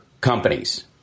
companies